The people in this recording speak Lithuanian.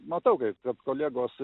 matau kaip kad kolegos